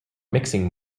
mixing